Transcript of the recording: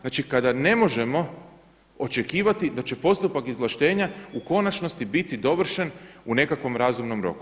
Znači kada ne možemo očekivati da će postupak izvlaštenja u konačnosti biti dovršen u nekakvom razumnom roku.